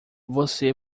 você